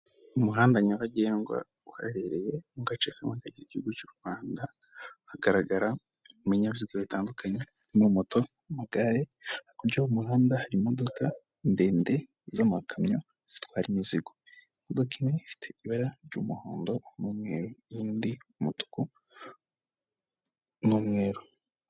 Umuhanda nyabagendwa uherereye mu gace kamwe k'igihugu cy'u rwanda hagaragara ibinyabiziga bitandukanye moto, amagare hakurya y'umuhanda hari imodoka ndende zamakamyo zitwara imizigo imodoka imwe ifite ibara ry'umuhondo n'umweru n'indi umutu n'umweru.